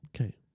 Okay